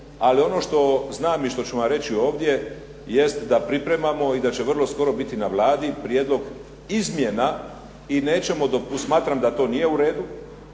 Ali ono što znam i što ću vam reći ovdje jest da pripremamo i da će vrlo skoro biti na Vladi prijedlog izmjena i nećemo, smatram da to nije u redu